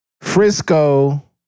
Frisco